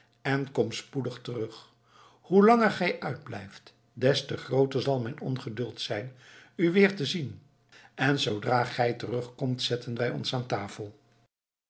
en kom spoedig terug hoe langer gij uitblijft des te grooter zal mijn ongeduld zijn u weer te zien en zoodra gij terugkomt zetten wij ons aan tafel